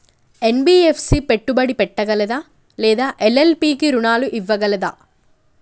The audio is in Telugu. ఎన్.బి.ఎఫ్.సి పెట్టుబడి పెట్టగలదా లేదా ఎల్.ఎల్.పి కి రుణాలు ఇవ్వగలదా?